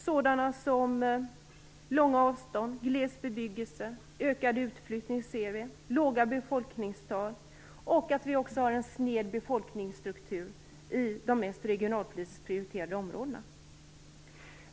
Det är problem som långa avstånd, gles bebyggelse, ökad utflyttning och låga befolkningstal. Vi har också en sned befolkningsstruktur i de regionalpolitiskt mest prioriterade områdena.